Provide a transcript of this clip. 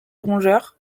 rongeurs